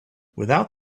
without